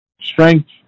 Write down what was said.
strength